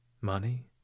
money